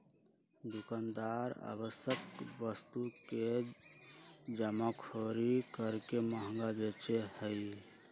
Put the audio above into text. दुकानदार आवश्यक वस्तु के जमाखोरी करके महंगा बेचा हई